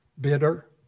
bitter